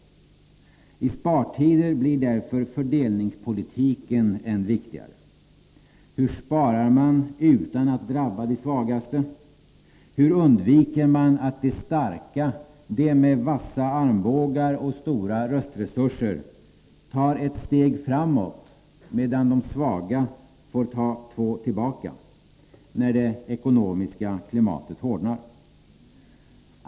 I spartider blir därför fördelningspolitiken än viktigare. Hur sparar man utan att det drabbar de svagaste? Hur undviker man att de starka, de med vassa armbågar och stora röstresurser, tar ett steg framåt medan de svaga får ta två tillbaka, när det ekonomiska klimatet hårdnar?